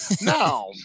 Now